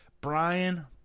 Brian